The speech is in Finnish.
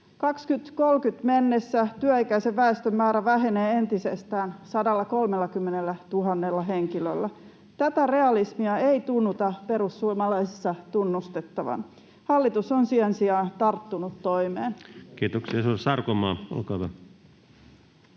2030 mennessä työikäisen väestön määrä vähenee entisestään 130 000 henkilöllä. Tätä realismia ei tunnuta perussuomalaisissa tunnustettavan. Hallitus on sen sijaan tarttunut toimeen. Kiitoksia. — Edustaja Sarkomaa, olkaa hyvä.